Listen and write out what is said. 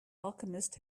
alchemist